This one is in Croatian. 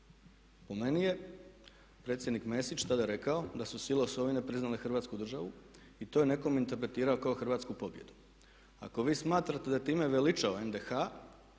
Po meni je predsjednik Mesić tada rekao da su sile osovine priznale Hrvatsku državu i to je netko interpretirao kao hrvatsku pobjedu. Ako vi smatrate da je time veličao NDH